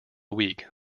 week